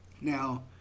Now